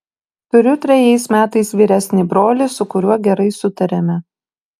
turiu trejais metais vyresnį brolį su kuriuo gerai sutariame